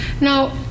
Now